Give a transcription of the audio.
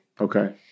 Okay